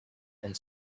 and